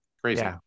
crazy